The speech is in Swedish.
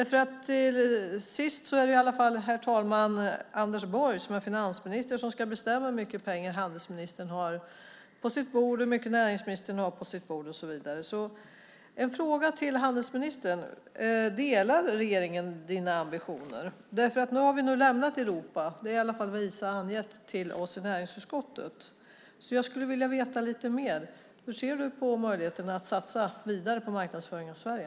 Till sist är det i alla fall, herr talman, Anders Borg som är finansminister som ska bestämma hur mycket pengar handelsministern har på sitt bord, hur mycket näringsministern har på sitt bord och så vidare. Jag har en fråga till handelsministern: Delar regeringen dina ambitioner? Vi har nu lämnat Europa. Det är i alla fall vad Isa har angett till oss i näringsutskottet. Så jag skulle vilja veta lite mer. Hur ser du på möjligheten att satsa vidare på marknadsföring av Sverige?